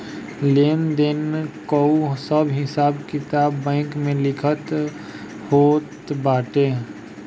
लेन देन कअ सब हिसाब किताब बैंक में लिखल होत बाटे